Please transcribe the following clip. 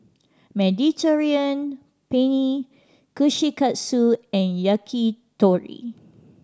Mediterranean Penne Kushikatsu and Yakitori